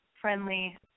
friendly